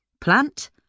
Plant